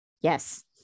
Yes